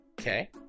Okay